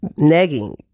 negging